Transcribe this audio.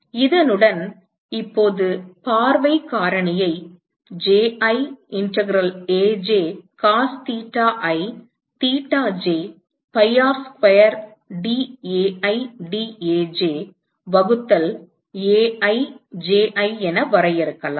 இதனுடன் இப்போது பார்வை காரணியை Ji integral Aj cos theta i theta j pi R square dAi dAj வகுத்தல் Ai Ji என வரையறுக்கலாம்